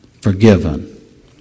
Forgiven